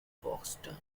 folkestone